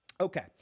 Okay